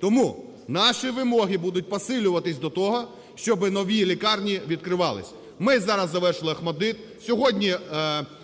Тому наші вимоги будуть посилюватися до того, щоб нові лікарні відкривалися. Ми зараз завершили ОХМАТДИТ, сьогодні,